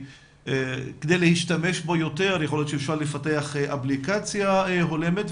כדי להשתמש בו יותר יכול להיות שאפשר לפתח אפליקציה הולמת,